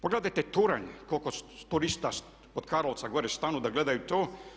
Pogledajte Turanj koliko turista od Karlovca gore stanu da gledaju to.